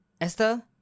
Esther